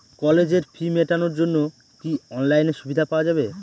কলেজের ফি মেটানোর জন্য কি অনলাইনে সুবিধা পাওয়া যাবে?